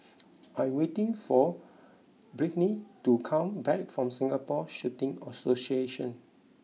I waiting for Brittny to come back from Singapore Shooting Association